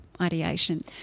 ideation